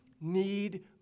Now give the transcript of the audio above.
need